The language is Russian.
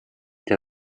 для